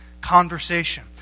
conversation